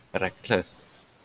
reckless